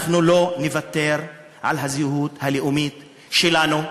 אנחנו לא נוותר על הזהות הלאומית שלנו.